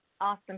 Awesome